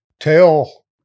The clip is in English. tell